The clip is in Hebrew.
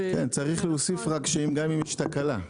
כן, צריך להוסיף רק שגם אם יש תקלה.